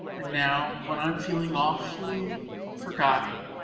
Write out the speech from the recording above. and now, when i am feeling awfully forgotten,